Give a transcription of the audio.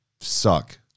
suck